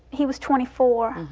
he was twenty four.